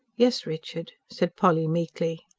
yes, richard, said polly meekly.